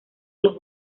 los